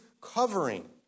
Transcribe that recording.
covering